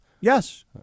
Yes